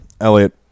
Elliot